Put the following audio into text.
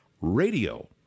radio